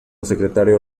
secretario